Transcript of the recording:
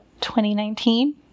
2019